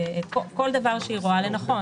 או כל דבר שהיא רואה לנכון.